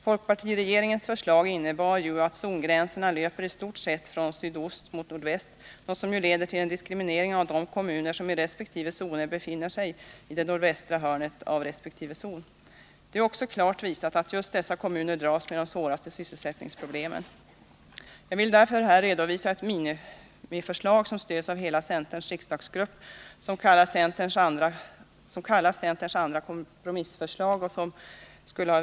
Folkpartiregeringens förslag innebar ju att zongränserna löper i stort sett från sydost mot nordväst, något som ju leder till en diskriminering av de kommuner som befinner sig i det nordvästra hörnet av resp. zon. Det är ju också klart visat att just dessa kommuner dras med de svåraste sysselsättningsproblemen. Jag vill därför här redovisa ett ”minimiförslag” , som stöds av hela centerns riksdagsgrupp och som kallas centerns andra kompromissförslag.